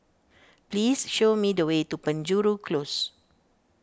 please show me the way to Penjuru Close